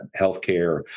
healthcare